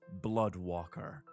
Bloodwalker